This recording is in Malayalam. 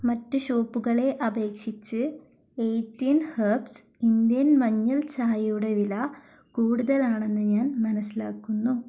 മറ്റ് ഷോപ്പുകളെ അപേക്ഷിച്ച് എയ്റ്റീൻ ഹെർബ്സ് ഇന്ത്യൻ മഞ്ഞൾ ചായയുടെ വില കൂടുതലാണെന്ന് ഞാൻ മനസ്സിലാക്കുന്നു